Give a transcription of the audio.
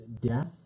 death